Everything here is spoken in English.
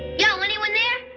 yo, anyone there?